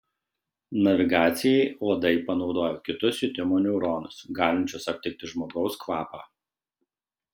navigacijai uodai panaudojo kitus jutimo neuronus galinčius aptikti žmogaus kvapą